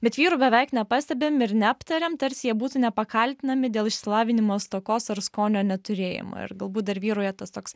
bet vyrų beveik nepastebim ir neaptariam tarsi jie būtų nepakaltinami dėl išsilavinimo stokos ar skonio neturėjimo ir galbūt dar vyrauja tas toks